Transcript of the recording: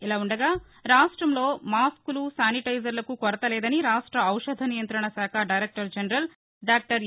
ఇలా ఉండగా రాష్టంలో మాస్కులు శానిటెజర్లకు కొరత లేదని రాష్ట ఔషధ నియంతణ శాఖ డైరెక్టర్ జనరల్ డాక్లర్ ఎ